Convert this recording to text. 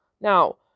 Now